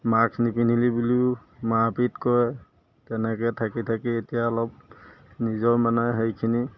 মাক্স নিপিন্ধিলি বুলিও মাৰ পিট কৰে তেনেকৈ থাকি থাকি এতিয়া অলপ নিজৰ মানে সেইখিনি